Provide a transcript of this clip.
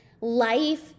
life